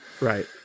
Right